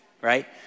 Right